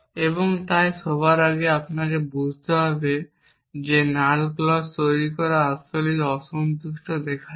এবং তাই সবার আগে আপনাকে বোঝাতে হবে যে নাল ক্লজ তৈরি করা আসলেই অসন্তুষ্ট দেখাচ্ছে